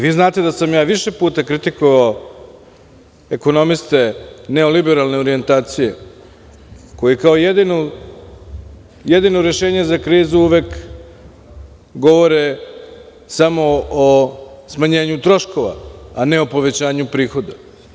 Vi znate da sam ja više puta kritikovao ekonomiste neoliberalne orijentacije koji kao jedino rešenje za krizu uvek govore samo o smanjenju troškova, a ne o povećanju prihoda.